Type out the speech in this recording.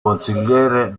consigliere